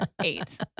eight